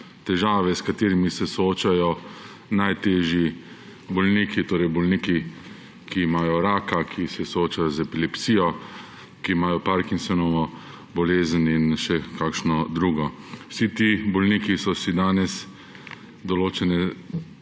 težave, s katerimi se soočajo najtežji bolniki, torej bolniki, ki imajo raka, ki se soočajo z epilepsijo, ki imajo Parkinsonovo bolezen in še kakšno drugo. Vsi ti bolniki so si danes določene